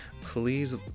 please